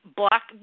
block